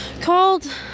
Called